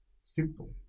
Simple